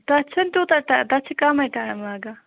تتھ چھُنہٕ تیوتاہ ٹا تتھ چھُ کمٕے ٹایم لگان